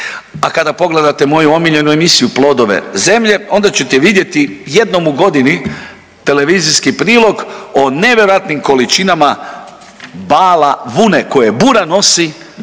A kada pogledate moju omiljenu emisiju Plodove zemlje onda ćete vidjeti jednom u godini televizijski prilog o nevjerojatnim količinama bala vune koje bura nosi